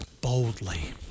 boldly